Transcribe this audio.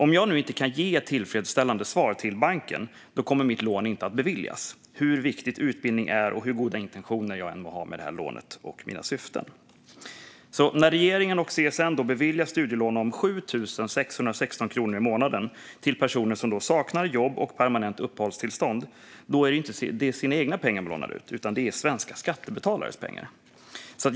Om jag inte kan ge ett tillfredsställande svar till banken kommer mitt lån inte att beviljas, hur viktigt utbildning än är och hur goda intentioner och syften jag än må ha med lånet. När regeringen och CSN beviljar studielån om 7 616 kronor i månaden till personer som saknar jobb och permanent uppehållstillstånd är det inte sina egna pengar man lånar ut, utan det är svenska skattebetalares pengar.